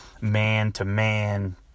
man-to-man